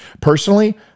Personally